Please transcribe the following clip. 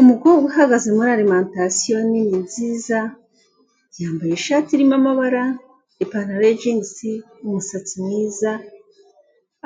Umukobwa uhagaze muri Alemantasiyo. Nini nziza yambaye ishati irimo amabara ipanaro ya jinisi umusatsi mwiza